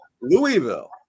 Louisville